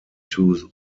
two